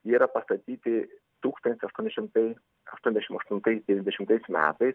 yra pastatyti tūkstantis aštuoni šimtai aštuoniasdešim aštuntais ir dešimtais metais